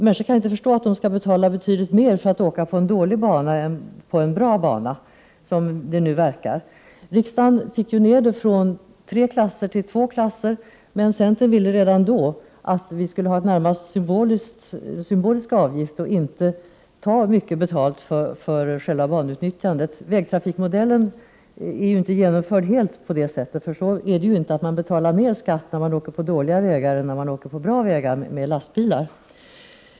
Människor kan inte förstå att de skall betala betydligt mer för att åka på en dålig bana, som det nu verkar. Riksdagen fick ju till stånd en minskning av antalet klasser från tre till två. Men centern ville redan vid det tillfället att det skulle vara en närmast symbolisk avgift. Man skulle inte ta mycket betalt för själva banutnyttjandet. Vägtrafikmodellen är inte helt genomförd på det sättet. Man betalar ju inte mer skatt när man åker med lastbil på dåliga vägar än när man åker på bra vägar.